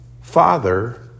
father